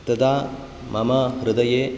तदा मम हृदये